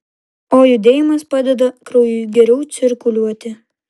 o judėjimas padeda kraujui geriau cirkuliuoti